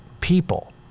people